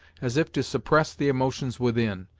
as if to suppress the emotions within,